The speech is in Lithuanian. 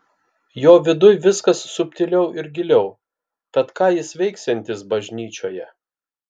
jo viduj viskas subtiliau ir giliau tad ką jis veiksiantis bažnyčioje